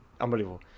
Unbelievable